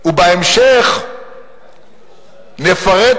וגם כחברת ועדת